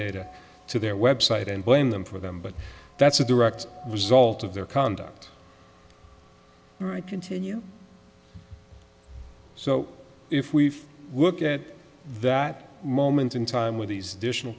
data to their website and blame them for them but that's a direct result of their conduct continue so if we look at that moment in time when these di